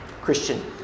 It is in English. Christian